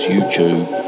YouTube